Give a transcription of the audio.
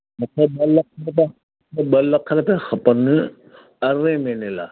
मूंखे ॿ लख त मूंखे ॿ लख त खपनि अरिड़हें महीने लाइ